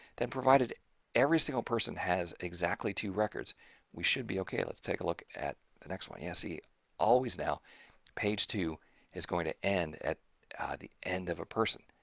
then provided every single person has exactly two records we should be okay. let's take a look at the next one. yes here always now page two is going to end at the end of a person.